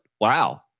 wow